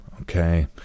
okay